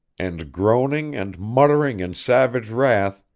and, groaning and muttering in savage wrath,